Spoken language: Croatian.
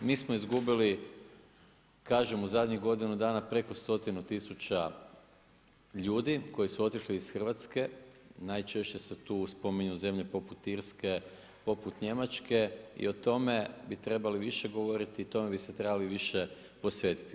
Mi smo izgubili, kažem u zadnju godinu dana preko 100000 ljudi koji su otišli iz Hrvatske, najčešće se tu spominju zemlje poput Irske, poput Njemačke i o tome bi trebali više govoriti i o tome bi se trebali više posvetiti.